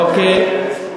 אוקיי.